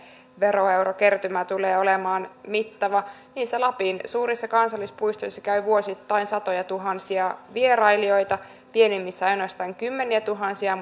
veroeurokertymä tulee olemaan mittava niissä lapin suurissa kansallispuistoissa käy vuosittain satojatuhansia vierailijoita pienimmissä ainoastaan kymmeniätuhansia